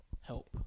help